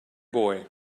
boy